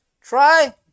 Try